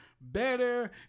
better